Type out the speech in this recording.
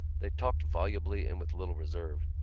they talked volubly and with little reserve.